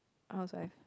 I also have